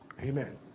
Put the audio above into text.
Amen